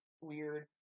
weird